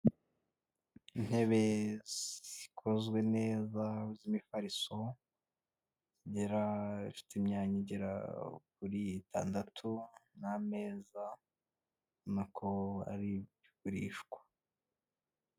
Intebe zikozwe neza z'imifariso, igera, zifite imyanya igera kuri itandatu, n'ameza ubona ko ari ibigurishwa.